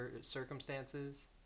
circumstances